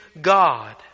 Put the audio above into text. God